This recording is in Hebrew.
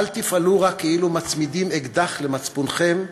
אל תפעלו רק כאילו מצמידים אקדח למצפונכם,